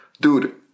dude